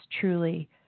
truly